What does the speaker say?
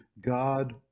God